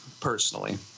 personally